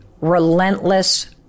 relentless